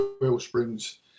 Wellsprings